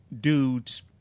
dudes